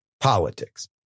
politics